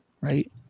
Right